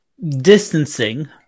distancing